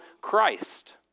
Christ